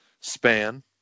Span